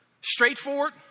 Straightforward